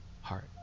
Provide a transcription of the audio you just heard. heart